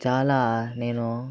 చాలా నేను